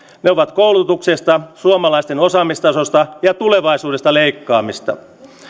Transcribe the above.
ne ovat koulutuksesta suomalaisten osaamistasosta ja tulevaisuudesta leikkaamista